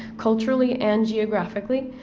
culturally and geographically,